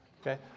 okay